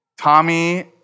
Tommy